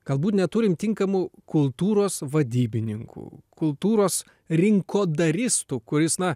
galbūt neturim tinkamų kultūros vadybininkų kultūros rinkodaristų kuris na